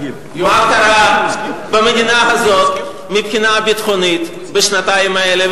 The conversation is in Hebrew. בספר הזה ייכתב גם מה קרה במדינה הזאת מבחינה ביטחונית בשנתיים האלה,